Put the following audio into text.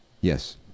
Yes